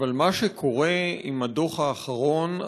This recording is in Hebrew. אבל מה שקורה עם הדוח האחרון,